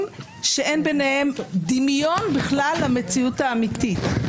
שאין ביניהם דמיון בכלל למציאות האמיתית.